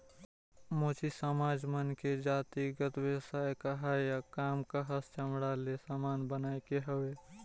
मोची समाज मन के जातिगत बेवसाय काहय या काम काहस चमड़ा ले समान बनाए के हवे